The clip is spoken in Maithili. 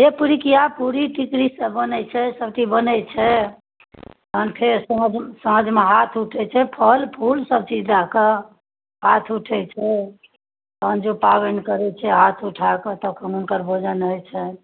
जे पिरुकिआ पूरी टिकरी सब बनैत छै सब चीज बनैत छै तखन फेर सब साँझमे हाथ उठैत छै फल फूल सब चीज दै के हाथ उठैत छै तहन जे पाबनि करैत छै हाथ उठाके तखन हुनकर भोजन होइत छनि